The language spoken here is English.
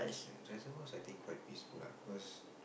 ya reservoirs I think quite peaceful lah of course